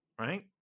right